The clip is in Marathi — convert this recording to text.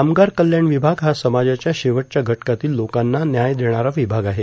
कामगार कल्याण विभाग हा समाजाच्या शेवटच्या घटकातील लोकांना व्याय देणारा विभाग आहे